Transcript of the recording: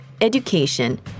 education